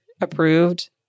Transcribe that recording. approved